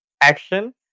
action